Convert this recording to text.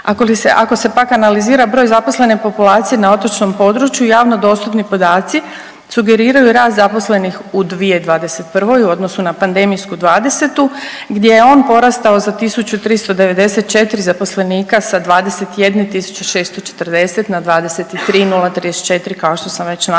Ako se pak analizira broj zaposlene populacije na otočnom području javno dostupni podaci sugeriraju rad zaposlenih u 2021. u odnosu na pandemijsku '20. gdje je on porastao za 1.394 zaposlenika sa 21 1640 na 23.034 kao što sam već navela